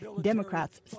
Democrats